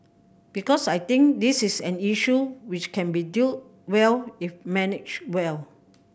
because I think this is an issue which can be dealt well if managed well